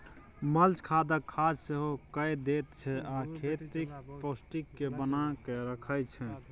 mulch खादक काज सेहो कए दैत छै आ खेतक पौष्टिक केँ बना कय राखय छै